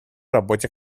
работе